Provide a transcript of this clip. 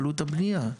עלות הבניה.